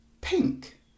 pink